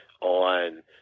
on